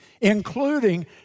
including